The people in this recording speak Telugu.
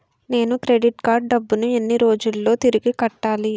నేను క్రెడిట్ కార్డ్ డబ్బును ఎన్ని రోజుల్లో తిరిగి కట్టాలి?